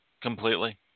completely